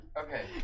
Okay